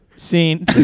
Scene